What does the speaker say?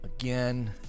again